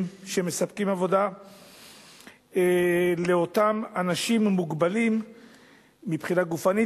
שמספקים עבודה לאותם אנשים מוגבלים מבחינה גופנית,